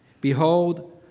Behold